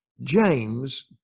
James